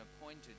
appointed